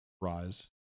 Rise